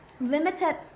limited